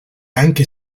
anche